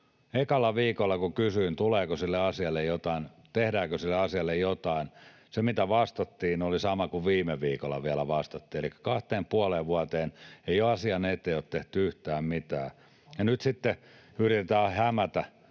Ekalla viikolla kun kysyin, tehdäänkö sille asialle jotain, se, mitä vastattiin, oli sama kuin viime viikolla vielä vastattiin, eli kahteen ja puoleen vuoteen ei ole asian eteen tehty yhtään mitään, ja nyt sitten yritetään hämätä